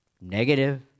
negative